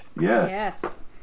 Yes